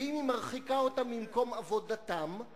ואם היא מרחיקה אותם ממקום עבודתם היא